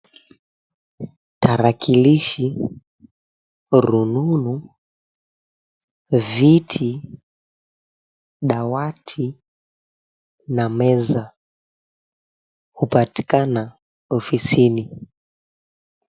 Tarakilishi, rununu, viti, dawati na meza hupatikana ofisini.